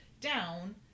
down